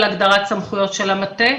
על הגדרת סמכויות של המטה.